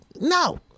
no